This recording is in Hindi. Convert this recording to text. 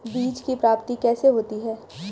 बीज की प्राप्ति कैसे होती है?